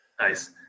Nice